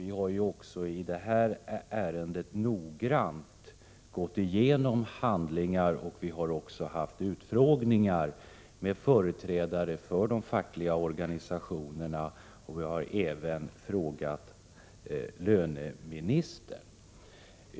Vi har i det här ärendet noggrant gått igenom handlingar och haft utfrågningar med företrädare för de fackliga organisationerna, och vi har även frågat ut löneministern.